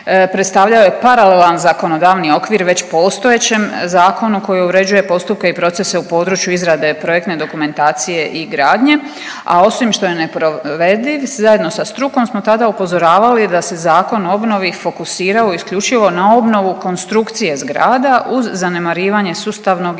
predstavljao je paralelan zakonodavni okvir već postojećem zakonu koji uređuje postupke i procese u području izgrade projektne dokumentacije i gradnje, a osim što je neprovediv, zajedno sa strukom smo tada upozoravali da se Zakon o obnovi fokusirao isključivo na obnovu konstrukcije zgrada uz zanemarivanje sustavnog i